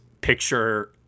picture